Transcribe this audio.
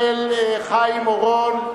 של חיים אורון.